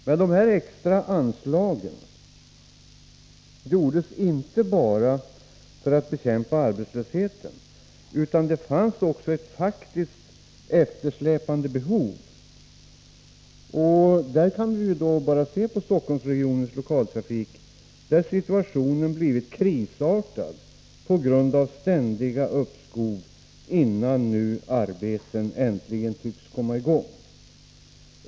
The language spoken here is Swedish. Men dessa extra anslag gjordes inte bara för att bekämpa arbetslösheten, utan det fanns också ett faktiskt eftersläpande behov. Se bara på Stockholmsregionens lokaltrafik, där situationen blivit krisartad på grund av ständiga uppskov innan nu äntligen arbeten tycks komma i gång.